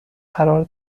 قرار